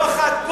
לא אחת,